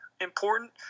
important